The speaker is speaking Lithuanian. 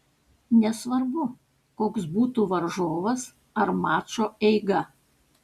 nesvarbu koks būtų varžovas ar mačo eiga